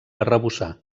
arrebossar